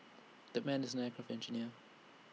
the man is an aircraft engineer